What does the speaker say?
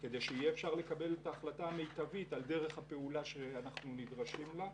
כדי שיהיה אפשר לקבל את ההחלטה המיטבית על דרך הפעולה שאנחנו נדרשים לה.